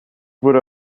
wurde